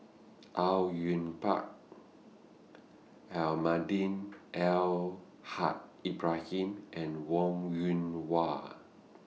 Au Yue Pak Almahdi Al Haj Ibrahim and Wong Yoon Wah